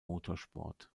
motorsport